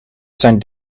zijn